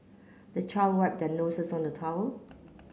the child wipe the noses on the towel